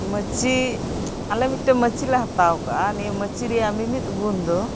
ᱢᱟᱪᱤ ᱟᱞᱮ ᱢᱤᱫᱴᱮᱡ ᱢᱟᱪᱤᱞᱮ ᱦᱟᱛᱟᱣ ᱠᱟᱜᱼᱟ ᱱᱤᱭᱟ ᱢᱟᱪᱤ ᱨᱮᱭᱟᱜ ᱢᱤᱢᱤᱜ ᱜᱩᱱ ᱫᱚ